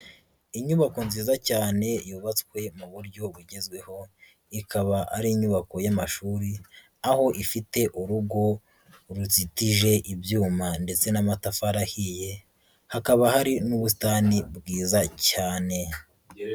Inyubako nziza cyane yubatswe mu buryo bugezweho, ikaba ari inyubako y'amashuri, aho ifite urugo ruzitije ibyuma ndetse n'amatafari ahiye, hakaba hari n'ubusitani bwiza cyane.